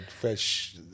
fresh